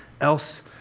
else